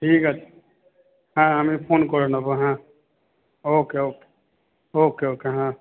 ঠিক আছে হ্যাঁ আমি ফোন করে নেব হ্যাঁ ওকে ওকে ওকে ওকে হ্যাঁ